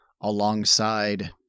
alongside